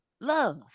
love